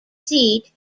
seat